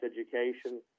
education